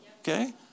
okay